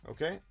Okay